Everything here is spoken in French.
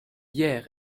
hier